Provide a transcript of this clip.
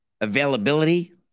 availability